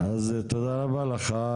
אז תודה רבה לך.